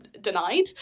Denied